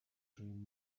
dream